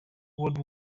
world